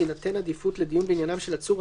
תינתן עדיפות לדיון בעניינם של עצור,